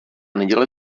neděle